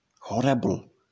horrible